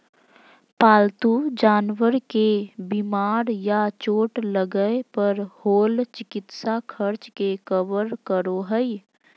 पालतू जानवर के बीमार या चोट लगय पर होल चिकित्सा खर्च के कवर करो हइ